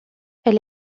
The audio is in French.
elle